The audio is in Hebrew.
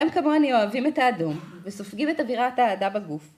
‫הם כמוני אוהבים את האדום ‫וסופגים את אווירת האהדה בגוף.